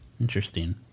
Interesting